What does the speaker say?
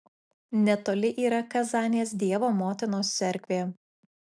netoli yra kazanės dievo motinos cerkvė